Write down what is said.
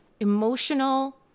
emotional